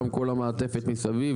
גם כל המעטפת מסביב,